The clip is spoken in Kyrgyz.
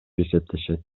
эсептешет